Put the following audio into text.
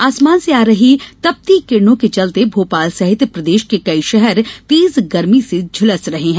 आसमान से आ रही तपती किरणों के चलते भोपाल सहित प्रदेश के कई शहर तेज गर्मी से झलस रहे हैं